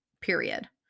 period